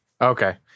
okay